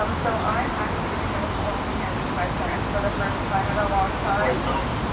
um so i'm actually going to go home and see my parents for the first time in a long time where's home?